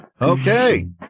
Okay